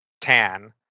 tan